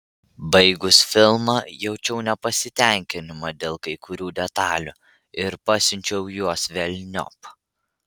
baigus filmą jaučiau nepasitenkinimą dėl kai kurių detalių ir pasiučiau juos velniop